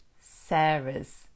Sarah's